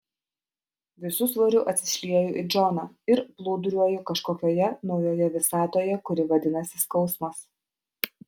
visu svoriu atsišlieju į džoną ir plūduriuoju kažkokioje naujoje visatoje kuri vadinasi skausmas